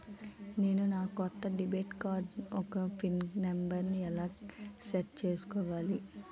నేను నా కొత్త డెబిట్ కార్డ్ యెక్క పిన్ నెంబర్ని ఎలా సెట్ చేసుకోవాలి?